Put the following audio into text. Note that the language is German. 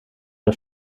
der